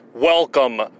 Welcome